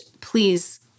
please